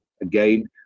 again